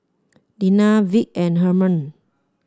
Dena Vic and Hermann